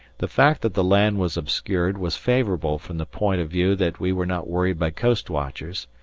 the fact that the land was obscured was favourable from the point of view that we were not worried by coast watchers,